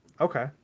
okay